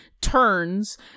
turns